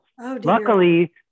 Luckily